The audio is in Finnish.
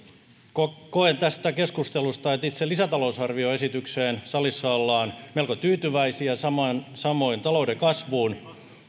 koen tästä keskustelusta että itse lisätalousarvioesitykseen salissa ollaan melko tyytyväisiä samoin talouden kasvuun